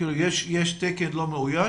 כאילו יש תקן לא מאויש?